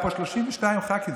היו פה 32 ח"כים.